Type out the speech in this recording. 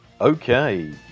Okay